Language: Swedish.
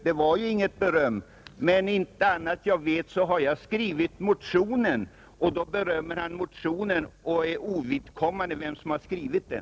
Det var ju inget beröm från herr Erikssons sida, Inte annat än jag vet har jag skrivit motionen. Då herr Eriksson i Arvika berömmer motionen, är det ovidkommande vem som har skrivit den,